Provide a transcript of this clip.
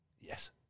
Yes